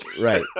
right